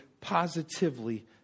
positively